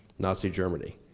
nazi germany.